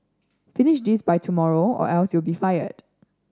finish this by tomorrow or else you'll be fired